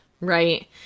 right